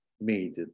made